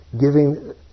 giving